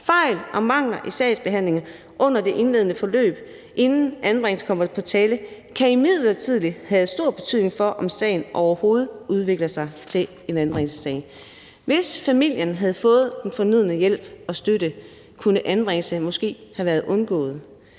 Fejl og mangler i sagsbehandlingerne under det indledende forløb – inden anbringelse kommer på tale – kan imidlertid have stor betydning for, om sagen overhovedet udvikler sig til en anbringelsessag. Hvis en familie havde fået den fornødne hjælp og støtte, kunne anbringelsen måske være undgået.